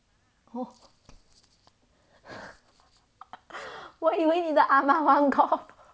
哦 我以为你的阿嫲玩 golf